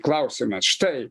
klausimas štai